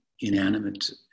inanimate